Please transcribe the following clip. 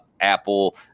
Apple